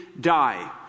die